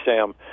Sam